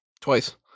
Twice